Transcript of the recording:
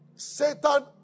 Satan